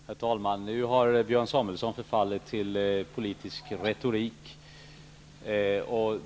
Herr talman! Nu har Björn Samuelson förfallit till politisk retorik.